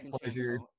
pleasure